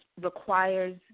requires